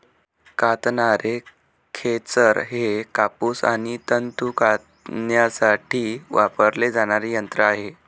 कातणारे खेचर हे कापूस आणि तंतू कातण्यासाठी वापरले जाणारे यंत्र आहे